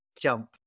jump